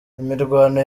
imirwano